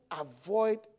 avoid